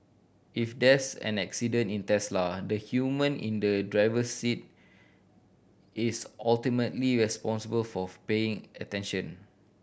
if there's an accident in Tesla the human in the driver's seat is ultimately responsible for paying attention